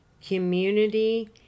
community